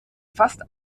fast